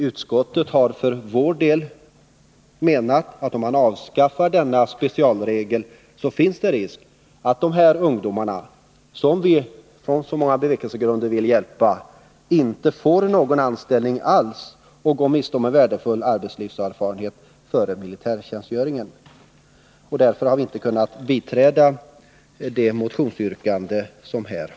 Utskottet menar emellertid, att avskaffar man denna specialregel, finns det risk för att ungdomarna — som vi av flera skäl vill hjälpa — inte får någon anställning alls. Därmed skulle de gå miste om en värdefull arbetslivserfarenhet före militärtjänstgöringen. Därför har utskottet inte kunnat biträda motionsyrkandet. Fru talman!